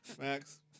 Max